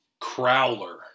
crowler